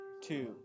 two